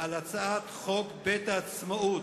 על הצעת חוק בית העצמאות,